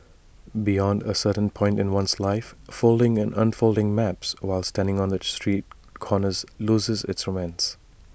beyond A certain point in one's life folding and unfolding maps while standing on street corners loses its romance